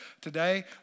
today